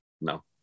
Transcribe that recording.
No